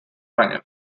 final